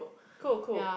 cool cool